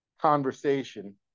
conversation